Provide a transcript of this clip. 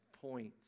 points